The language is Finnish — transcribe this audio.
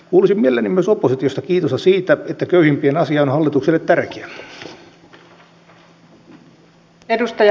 kuulisin mielelläni myös oppositiosta kiitosta siitä että köyhimpien asia on hallitukselle tärkeä